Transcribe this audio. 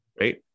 Right